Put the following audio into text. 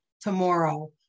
tomorrow